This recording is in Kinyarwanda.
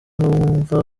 mwumva